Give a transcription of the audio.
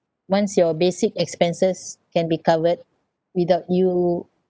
once your basic expenses can be covered without you